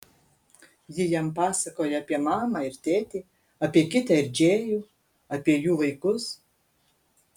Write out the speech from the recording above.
ji jam pasakoja apie mamą ir tėtį apie kitę ir džėjų apie jų vaikus